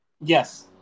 Yes